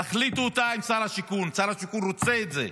תחליטו אותה עם שר השיכון, שר השיכון רוצה את זה.